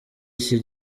iki